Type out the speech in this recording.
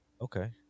Okay